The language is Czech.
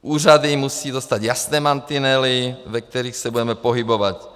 Úřady musí dostat jasné mantinely, ve kterých se budeme pohybovat.